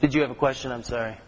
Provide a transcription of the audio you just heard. did you have a question i'm sorry